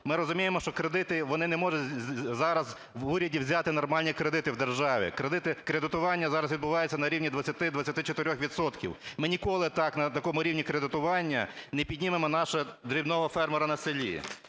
ми розуміємо, що кредити, вони не можуть зараз в уряді взяти нормальні кредити в державі. Кредитування зараз відбувається на рівні 20-24 відсотків. Ми ніколи так на такому рівні кредитування не піднімемо нашого дрібного фермера на селі.